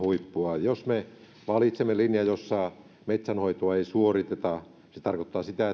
huippua jos me valitsemme linjan jossa metsänhoitoa ei suoriteta se se tarkoittaa sitä